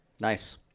Nice